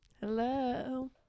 Hello